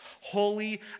holy